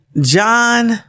John